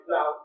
Now